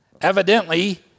Evidently